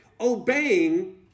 Obeying